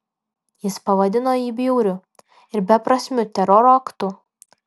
jis pavadino jį bjauriu ir beprasmiu teroro aktu